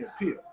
appeal